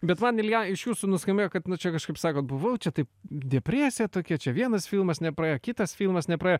bet man ilja iš jūsų nuskambėjo kad nu čia kažkaip sakot buvau čia taip depresija tokie čia vienas filmas nepraėjo kitas filmas nepraėjo